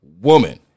woman